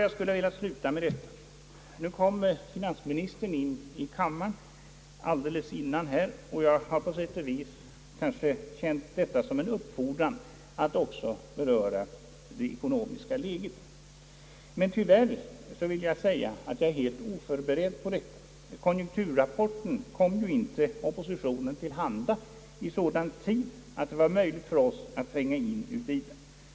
Jag skulle velat sluta med detta, men nyss kom finansministern in i kammaren, och jag har på sätt och vis känt detta som en uppfordran att också beröra det ekonomiska läget. Tyvärr måste jag säga att jag är helt oförberedd på detta. Konjunkturrapporten kom inte oppositionen till handa i sådan tid att det var möjligt för oss att tränga in i den.